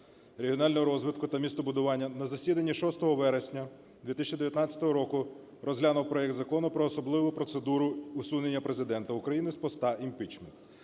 регіонального розвитку та містобудування на засіданні 6 вересня 2019 року розглянув проект Закону про особливу процедуру усунення Президента України з поста (імпічмент)